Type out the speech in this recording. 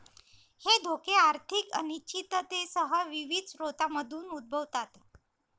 हे धोके आर्थिक अनिश्चिततेसह विविध स्रोतांमधून उद्भवतात